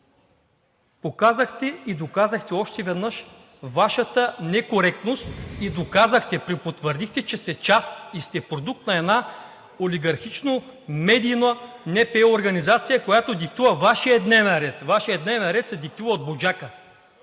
показахте и доказахте още веднъж Вашата некоректност и доказахте, препотвърдихте, че сте част и сте продукт на една олигархично-медийна НПО организация, която диктува Вашия дневен ред, а Вашият дневен ред се диктува от „Буджака“.